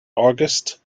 august